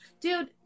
dude